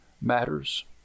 matters